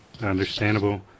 Understandable